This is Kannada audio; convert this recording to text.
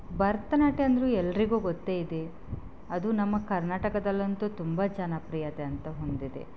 ಭರತನಾಟ್ಯ ಅಂದ್ರೆ ಎಲ್ಲರಿಗೂ ಗೊತ್ತೇ ಇದೆ ಅದು ನಮ್ಮ ಕರ್ನಾಟಕದಲ್ಲಂತೂ ತುಂಬ ಜನಪ್ರಿಯತೆ ಅಂತೂ ಹೊಂದಿದೆ